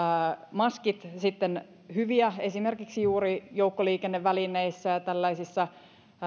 maskit sitten hyviä esimerkiksi juuri joukkoliikennevälineissä ja tällaisissa